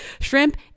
shrimp